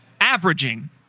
averaging